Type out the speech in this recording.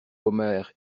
omer